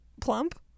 Plump